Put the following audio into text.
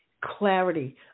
clarity